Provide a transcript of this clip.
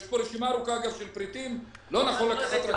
יש כאן רשימה ארוכה של פריטים, לא נכון לקחת יותר.